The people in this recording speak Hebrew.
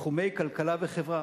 תחומי כלכלה וחברה.